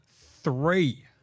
three